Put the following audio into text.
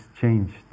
changed